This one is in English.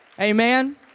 Amen